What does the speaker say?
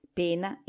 pena